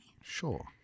Sure